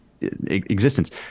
existence